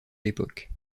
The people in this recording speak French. l’époque